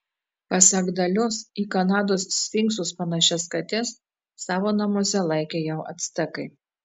pasak dalios į kanados sfinksus panašias kates savo namuose laikė jau actekai